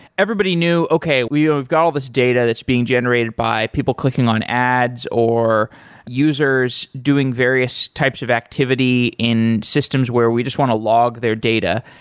everybody knew, okay we ah got all these data that's being generated by people clicking on ads, or users doing various types of activity in systems where we just want to log their data,